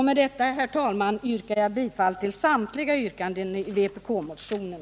Med detta, herr talman, vill jag yrka bifall till samtliga vpk-motioner.